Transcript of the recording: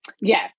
yes